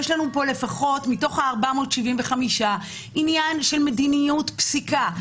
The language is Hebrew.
מתוך ה-475 יש עניין של מדיניות פסקה,